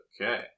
Okay